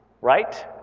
Right